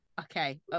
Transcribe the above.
okay